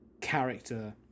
character